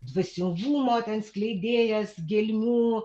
dvasingumo ten skleidėjas gelmių